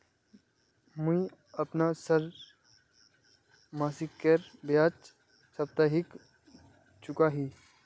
मुईअपना ऋण मासिकेर बजाय साप्ताहिक चुका ही